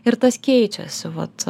ir tas keičiasi vat